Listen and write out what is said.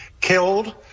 killed